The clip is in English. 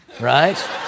right